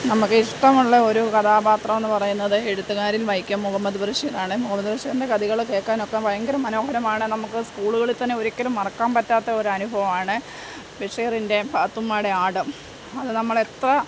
നമുക്ക് ഇഷ്ടമുള്ള ഒരു കഥാപാത്രമെന്നു പറയുന്നത് എഴുത്തുകാരിൽ വൈക്കം മുഹമ്മദ് ബഷീറാണ് മുഹമ്മദ് ബഷീറിൻ്റെ കഥകൾ കേൾക്കാനൊക്കെ ഭയങ്കര മനോഹരമാണ് നമുക്ക് സ്കൂളുകളിൽ തന്നെ ഒരിക്കലും മറക്കാൻ പറ്റാത്ത ഒരനുഭവമാണ് ബഷീറിൻ്റെ പാത്തുമ്മയുടെ ആട് അതു നമ്മളെത്ര